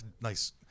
nice